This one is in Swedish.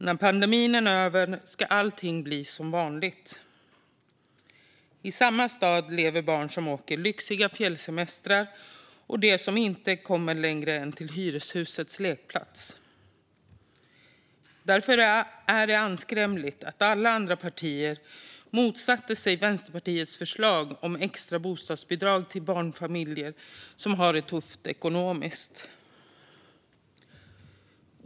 När pandemin är över ska allting bli som vanligt. I samma stad lever barn som åker på lyxiga fjällsemestrar och barn som inte kommer längre än till hyreshusets lekplats. Därför är det anskrämligt att alla andra partier motsatte sig Vänsterpartiets förslag om extra bostadsbidrag till barnfamiljer som har det tufft ekonomiskt.